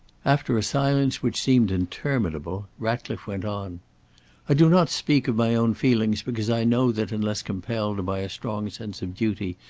after a silence which seemed interminable, ratcliffe went on i do not speak of my own feelings because i know that unless compelled by a strong sense of duty,